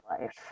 life